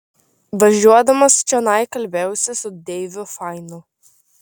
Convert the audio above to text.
važiuodamas čionai kalbėjausi su deiviu fainu